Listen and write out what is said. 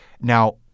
now